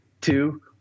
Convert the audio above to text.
two